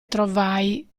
trovai